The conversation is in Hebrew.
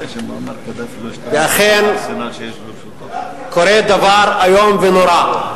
ואכן, קורה דבר איום ונורא,